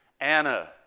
Anna